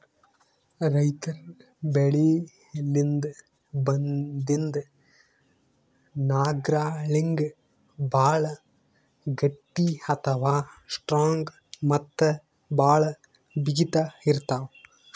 ರೈತರ್ ಬೆಳಿಲಿನ್ದ್ ಬಂದಿಂದ್ ನಾರ್ಗಳಿಗ್ ಭಾಳ್ ಗಟ್ಟಿ ಅಥವಾ ಸ್ಟ್ರಾಂಗ್ ಮತ್ತ್ ಭಾಳ್ ಬಿಗಿತ್ ಇರ್ತವ್